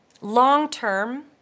long-term